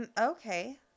Okay